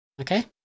okay